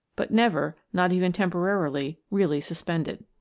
but never, not even tempo rarily, really suspended.